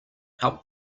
help